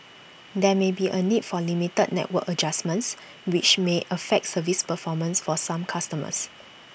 there may be A need for limited network adjustments which may affect service performance for some customers